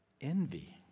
envy